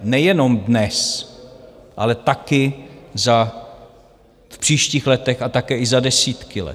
Nejenom dnes, ale taky v příštích letech a také i za desítky let.